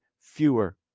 fewer